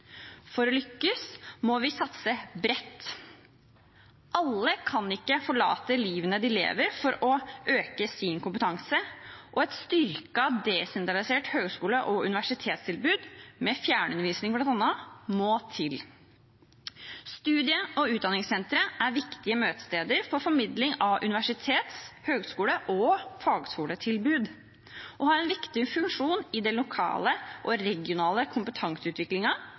For å lykkes må vi satse bredt. Ikke alle kan forlate livet de lever, for å øke sin kompetanse. Et styrket og desentralisert høyskole- og universitetstilbud, med fjernundervisning bl.a., må til. Studie- og utdanningssentre er viktige møtesteder for formidling av universitets-, høyskole- og fagskoletilbud og har en viktig funksjon i den lokale og regionale